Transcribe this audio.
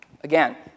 again